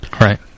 Right